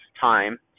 time